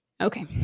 Okay